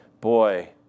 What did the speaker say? Boy